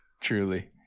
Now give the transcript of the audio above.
truly